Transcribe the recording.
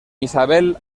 isabel